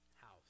house